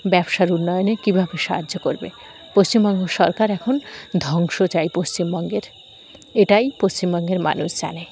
ব্যবসার উন্নয়নে কীভাবে সাহায্য করবে পশ্চিমবঙ্গ সরকার এখন ধ্বংস চায় পশ্চিমবঙ্গের এটাই পশ্চিমবঙ্গের মানুষ জানে